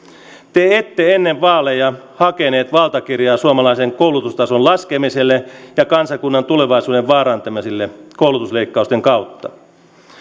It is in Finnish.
te ette ennen vaaleja hakeneet valtakirjaa suomalaisen koulutustason laskemiselle ja kansakunnan tulevaisuuden vaarantamiselle koulutusleikkausten kautta